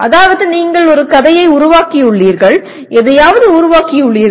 அதாவது நீங்கள் ஒரு கதையை உருவாக்கியுள்ளீர்கள் எதையாவது உருவாக்கியுள்ளீர்கள்